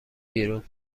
بیرون